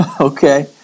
okay